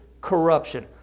corruption